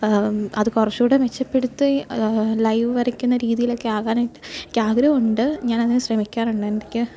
അത് കുറച്ചൂടെ മെച്ചപ്പെടുത്തി ലൈവ് വരക്കുന്ന രീതീലക്കെ ആകാനായിട്ട് എനിക്കാഗ്രഹമുണ്ട് ഞാനതിന് ശ്രമിക്കാറുണ്ടെനിക്ക്